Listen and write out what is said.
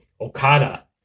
Okada